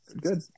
Good